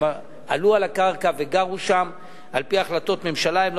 הם עלו על הקרקע וגרו שם על-פי החלטות ממשלה,